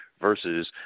versus